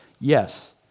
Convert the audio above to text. Yes